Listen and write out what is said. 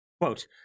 Quote